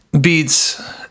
beats